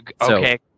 Okay